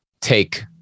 take